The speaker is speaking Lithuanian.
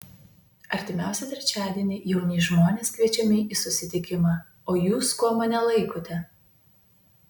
artimiausią trečiadienį jauni žmonės kviečiami į susitikimą o jūs kuo mane laikote